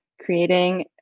creating